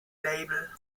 label